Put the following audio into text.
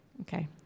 OKAY